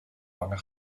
lange